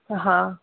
हा